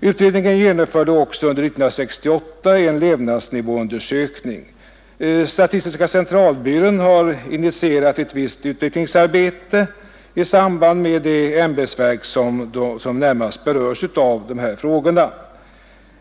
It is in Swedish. Utredningen genomförde också under 1968 en levnadsnivåundersökning. Statistiska centralbyrån har initierat ett visst utvecklingsarbete i samarbete med de ämbetsverk som närmast berörs av dessa frågor.